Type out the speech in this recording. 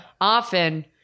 often